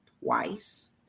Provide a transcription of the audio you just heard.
twice